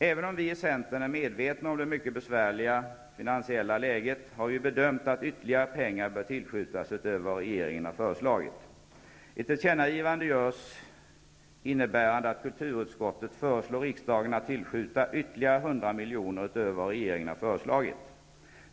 Även om vi i Centern är medvetna om det mycket besvärliga finansiella läget, har vi bedömt att ytterligare pengar bör tillskjutas utöver vad regeringen har föreslagit. Ett tillkännagivande görs, innebärande att utskottet föreslår riksdagen att tillskjuta ytterligare 100 miljoner.